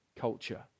culture